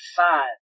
five